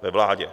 Ve vládě.